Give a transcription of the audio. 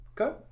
Okay